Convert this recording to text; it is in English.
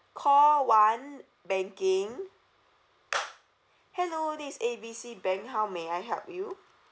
call one banking hello this is A B C bank how may I help you